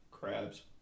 Crabs